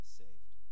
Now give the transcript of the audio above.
saved